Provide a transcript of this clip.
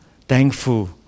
thankful